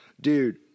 dude